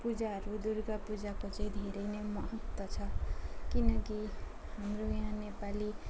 पूजाहरू दुर्गा पूजाको चाहिँ धेरै नै महत्त्व छ किनकि हाम्रो यहाँ नेपाली